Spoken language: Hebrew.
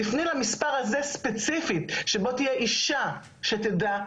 תפני למספר הזה ספיציפית שבו תהיה אישה שתדע לטפל.